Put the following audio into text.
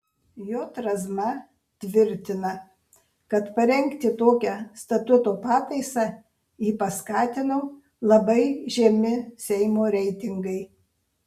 j razma tvirtina kad parengti tokią statuto pataisą jį paskatino labai žemi seimo reitingai